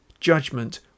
Judgment